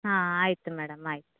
ಹಾಂ ಆಯ್ತು ಮೇಡಮ್ ಆಯ್ತು